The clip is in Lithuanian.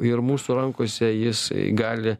ir mūsų rankose jis gali